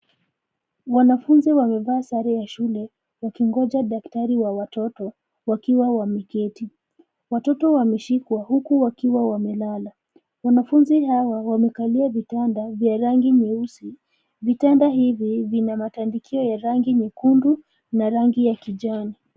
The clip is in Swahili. Wanafunzi wamevaa sare ya shule wakingoja daktari wa watoto wakiwa wameketi. Watoto wameshikwa huku wakiwa wamelala. Wanafunzi hawa wamekalia vitanda vya rangi nyeusi. Vitanda hivi vina matandikio ya rangi nyekundu na rangi ya kijani.